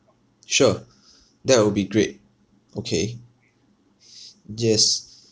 sure that will be great okay yes